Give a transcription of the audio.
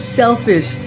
selfish